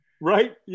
right